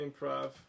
improv